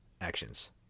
actions